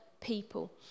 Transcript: people